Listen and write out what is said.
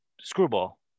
screwball